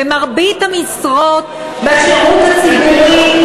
ומרבית המשרות בשירות הציבורי,